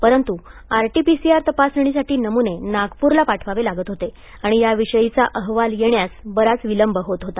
परंत् आरटीपीसीआर तपासणीसाठी नमूने नागप्रला पाठवावे लागत होते आणि त्याविषयीचा अहवाल येण्यास बराच विलंब होत होता